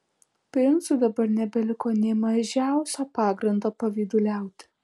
princui dabar nebeliko nė mažiausio pagrindo pavyduliauti